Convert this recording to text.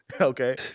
Okay